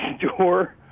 door